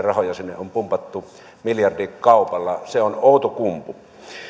rahoja sinne on pumpattu miljardikaupalla se on outokumpu